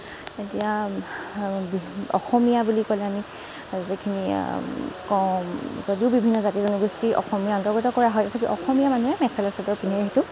এতিয়া অসমীয়া বুলি ক'লে আমি যিখিনি কওঁ যদিও বিভিন্ন জাতি জনগোষ্ঠী অসমীয়া অন্তৰ্গত কৰা হয় কিন্তু অসমীয়া মানুহে মেখেলা চাদৰ পিন্ধে সেইটো